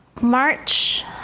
March